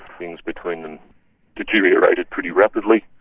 things between them deteriorated pretty rapidly.